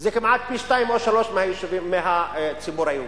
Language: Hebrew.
זה כמעט פי שניים או שלושה מהציבור היהודי.